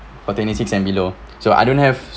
for twenty six and below so I don't have